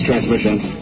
Transmissions